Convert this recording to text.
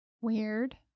Weird